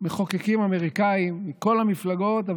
מחוקקים אמריקאים מכל המפלגות,